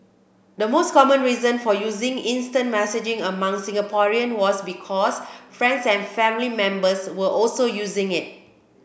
the most common reason for using instant messaging among Singaporean was because friends and family members were also using it